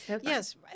Yes